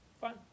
fine